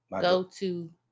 go-to